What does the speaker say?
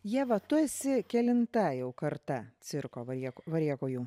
ieva tu esi kelinta jau karta cirko varje variakoju